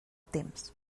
temps